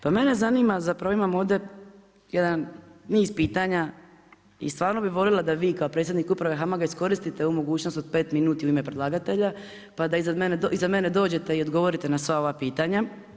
Pa mene zanima, zapravo imam ovdje jedan niz pitanja i stvarno bih voljela da vi kao predsjednik Uprave HAMAG-a iskoriste ovu mogućnost od 5 minuta u ime predlagatelja pa da iza mene dođete i odgovorite na sva ova pitanja.